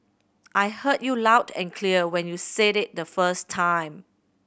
I heard you loud and clear when you said it the first time